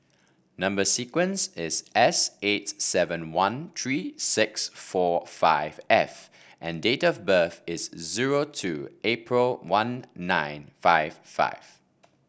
number sequence is S eight seven one three six four five F and date of birth is zero two April one nine five five